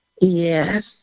yes